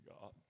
God